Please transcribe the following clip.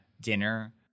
dinner